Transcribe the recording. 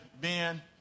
Ben